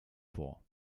vor